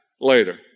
later